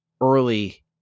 early